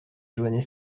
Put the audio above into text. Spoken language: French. johannes